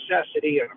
necessity